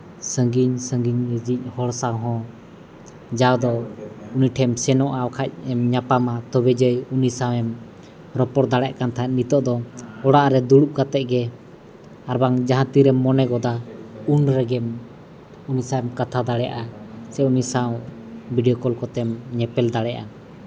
ᱥᱟᱺᱜᱤᱧ ᱥᱟᱺᱜᱤᱧ ᱨᱤᱱᱤᱡ ᱦᱚᱲ ᱥᱟᱶ ᱦᱚᱸ ᱡᱟᱣ ᱫᱚ ᱱᱩᱭ ᱴᱷᱮᱱᱮᱢ ᱥᱮᱱᱚᱜᱼᱟ ᱵᱟᱠᱷᱟᱡ ᱮᱢ ᱧᱟᱯᱟᱢᱟ ᱛᱚᱵᱮ ᱡᱮ ᱩᱱᱤ ᱥᱟᱶᱮᱢ ᱨᱚᱯᱚᱲ ᱫᱟᱲᱮᱭᱟᱜ ᱠᱟᱱ ᱛᱟᱦᱮᱸᱫ ᱱᱤᱛᱳᱜ ᱫᱚ ᱚᱲᱟᱜ ᱨᱮ ᱫᱩᱲᱩᱵ ᱠᱟᱛᱮᱫ ᱜᱮ ᱟᱨᱵᱟᱝ ᱡᱟᱦᱟᱸ ᱛᱤᱨᱮᱢ ᱢᱚᱱᱮ ᱜᱚᱫᱟ ᱩᱱ ᱨᱮᱜᱮᱢ ᱩᱱᱤ ᱥᱟᱶᱮᱢ ᱠᱟᱛᱷᱟ ᱫᱟᱲᱮᱭᱟᱜᱼᱟ ᱥᱮ ᱩᱱᱤ ᱥᱟᱶ ᱵᱷᱤᱰᱭᱳ ᱠᱚᱞ ᱠᱚᱛᱮᱢ ᱧᱮᱯᱮᱞ ᱫᱟᱲᱮᱭᱟᱜᱼᱟ